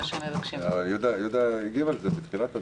יהודה הגיב על זה בתחילת הדרך.